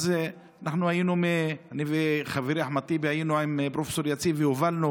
אני וחברי אחמד טיבי היינו עם פרופ' יציב והובלנו